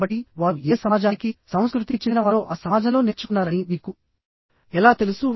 కాబట్టి వారు ఏ సమాజానికి సంస్కృతికి చెందినవారో ఆ సమాజంలో నేర్చుకున్నారని మీకు ఎలా తెలుసు